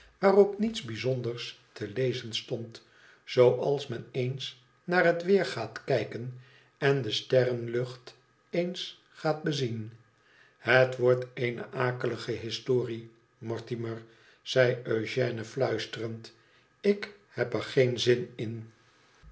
waarop niets bijzonders te kzed stond zooals men eens naar het weer gaat kijken en de sterrenlacht eens gaat bezien het wordt eene akelige historie mortimer zei eugène fluisterend ik heb er geen zin in